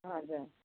हजुर